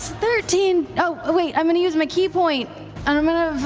thirteen, oh wait, i'm going to use my ki point and i'm going